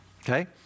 okay